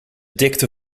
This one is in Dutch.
dikte